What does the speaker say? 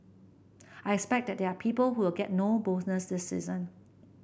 I expect that there are people who will get no bonus this season